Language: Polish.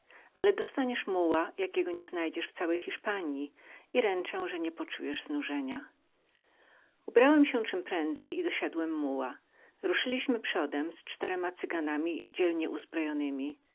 ale dostaniesz pan muła jakiego drugiego nie znajdziesz w całej hiszpanji i ręczę że niepoczujesz znużenia ubrałem się czemprędzej i dosiadłem muła ruszyliśmy przodem z czterma cyganami dzielnie uzbrojonymi